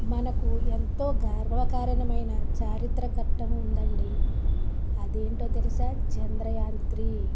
మనకు ఎంతో గర్వకారణమైన చారిత్రఘట్టం ఉండండి అదేంటో తెలుసా చంద్రయాన్ త్రీ